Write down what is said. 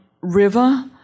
river